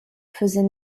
faisait